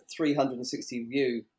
360-view